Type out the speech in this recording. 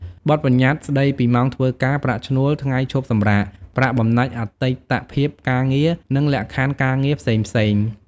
បទប្បញ្ញត្តិស្តីពីម៉ោងធ្វើការ ប្រាក់ឈ្នួល ថ្ងៃឈប់សម្រាក ប្រាក់បំណាច់អតីតភាពការងារ និងលក្ខខណ្ឌការងារផ្សេងៗ។